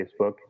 Facebook